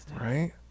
right